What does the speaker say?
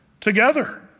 together